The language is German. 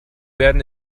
werden